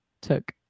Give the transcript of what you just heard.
took